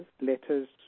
letters